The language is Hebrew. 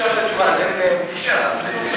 פגישה.